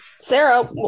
Sarah